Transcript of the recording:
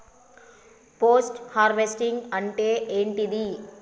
Post harvesting అంటే ఏంటిది?